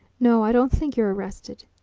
no, i don't think you're arrested.